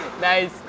Nice